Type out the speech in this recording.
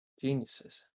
Geniuses